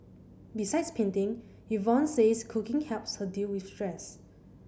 besides painting Yvonne says cooking helps her deal with stress